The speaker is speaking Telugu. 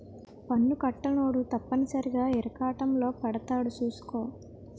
పన్ను కట్టనోడు తప్పనిసరిగా ఇరకాటంలో పడతాడు సూసుకో